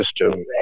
system